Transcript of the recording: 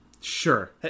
Sure